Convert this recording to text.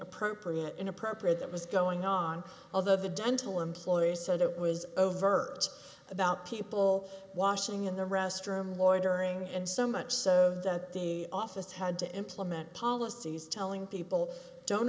appropriate inappropriate that was going on of the dental employees so that was overt about people washing in the restroom loitering and so much so that the office had to implement policies telling people don't